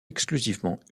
exclusivement